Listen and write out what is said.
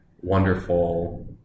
wonderful